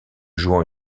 jouant